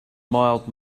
mild